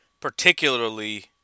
particularly